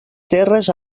terres